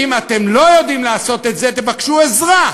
ואם אתם לא יודעים לעשות את זה, תבקשו עזרה.